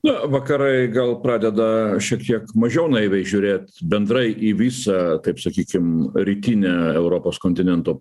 na vakarai gal pradeda šiek tiek mažiau naiviai žiūrėt bendrai į visą taip sakykim rytinę europos kontinento